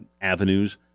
avenues